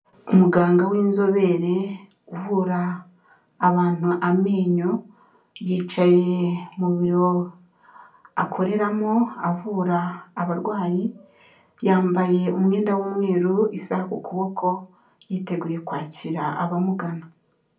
Umuganga w'inzobere uvura abantu amenyo, yicaye mu biro akoreramo avura abarwayi, yambaye umwenda w'umweru, isaha ku kuboko yiteguye kwakira abamugana.